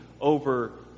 over